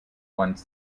once